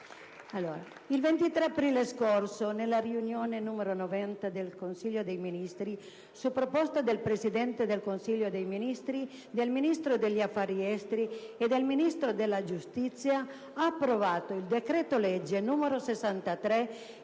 Il 23 aprile scorso, nella riunione n. 90, il Consiglio dei ministri, su proposta del Presidente del Consiglio dei ministri, del Ministro degli affari esteri e del Ministro della giustizia, ha approvato il decreto legge n. 63